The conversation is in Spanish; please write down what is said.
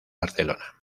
barcelona